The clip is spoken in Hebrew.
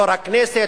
יו"ר הכנסת,